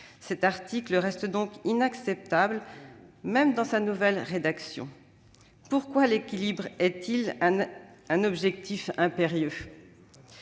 Cet article reste donc inacceptable, même dans sa nouvelle rédaction. Pourquoi l'équilibre représente-t-il un objectif impérieux ?